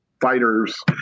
fighters